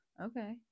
okay